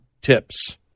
tips